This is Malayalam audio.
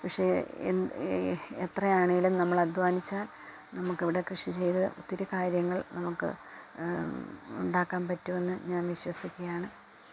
പക്ഷെ എത്രയാണെങ്കിലും നമ്മൾ അധ്വാനിച്ചാൽ നമുക്ക് ഇവിടെ കൃഷി ചെയ്ത് ഒത്തിരി കാര്യങ്ങള് നമുക്ക് ഉണ്ടാക്കാൻ പറ്റുമെന്ന് ഞാന് വിശ്വസിക്കുകയാണ്